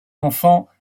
enfants